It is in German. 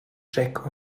jack